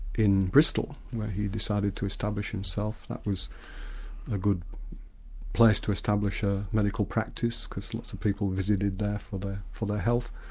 in bristol, where he decided to establish himself. that was a good place to establish a medical practice because lots of people visited there for but for their health.